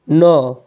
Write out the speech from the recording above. ନଅ